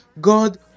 God